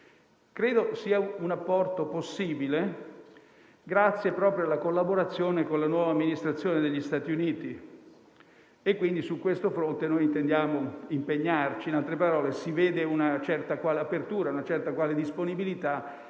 Credo sia un apporto possibile proprio grazie alla collaborazione con la nuova amministrazione degli Stati Uniti e quindi su questo fronte intendiamo impegnarci. In altre parole, si vedono una certa apertura e disponibilità